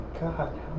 God